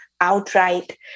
outright